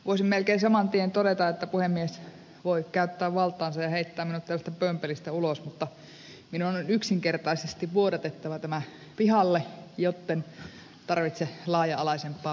voisin melkein saman tien todeta että puhemies voi käyttää valtaansa ja heittää minut tästä pömpelistä ulos mutta minun on yksinkertaisesti vuodatettava tämä pihalle jotten tarvitse laaja alaisempaa psykiatrista hoitoa jatkossa